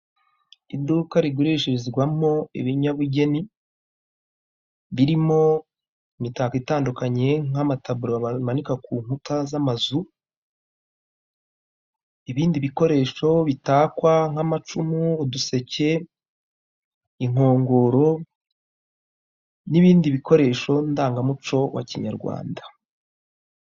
Iduka rigurishirizwamo ibinyabugeni birimo imitako itandukanye nk'amataburo bamanika kunkuta z'amazu ibindi bikoresho bitakwa nk'amacumu uduseke inkongoro n'ibindi bikoresho ndangamuco wa Kinyarwanda.